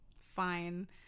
Fine